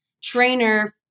trainer